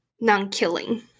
non-killing